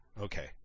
Okay